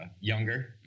younger